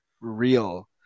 real